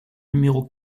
numéro